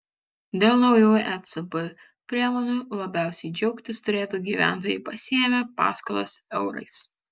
dėl naujų ecb priemonių labiausiai džiaugtis turėtų gyventojai pasiėmę paskolas eurais